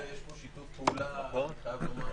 יש פה שיתוף פעולה, אני חייב לומר.